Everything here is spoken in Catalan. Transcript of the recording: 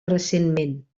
recentment